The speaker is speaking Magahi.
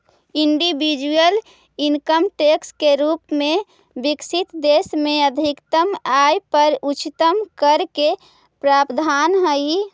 इंडिविजुअल इनकम टैक्स के रूप में विकसित देश में अधिकतम आय पर उच्चतम कर के प्रावधान हई